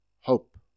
Hope